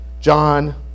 John